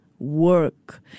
work